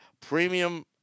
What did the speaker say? premium